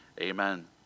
Amen